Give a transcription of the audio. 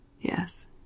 Yes